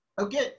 okay